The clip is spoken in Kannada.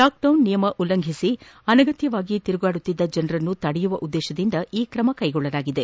ಲಾಕ್ಡೌನ್ ನಿಯಮ ಉಲ್ಲಂಘಿಸಿ ಅನಗತ್ಯವಾಗಿ ತಿರುಗುತ್ತಿರುವ ಜನರನ್ನು ತಡೆಯುವ ಉದ್ದೇಶದಿಂದ ಈ ತ್ರಮ ಕೈಗೊಳ್ಳಲಾಗಿದೆ